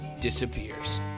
disappears